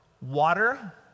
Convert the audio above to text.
Water